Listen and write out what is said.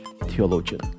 theologian